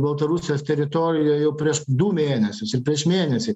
baltarusijos teritorijoj jau prieš du mėnesius ir prieš mėnesį